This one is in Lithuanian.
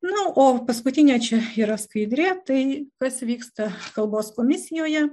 na o paskutinė čia yra skaidrė tai kas vyksta kalbos komisijoje